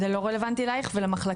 למחלקה שלך לא רלוונטי, וליונתן?